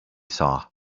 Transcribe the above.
saw